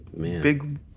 big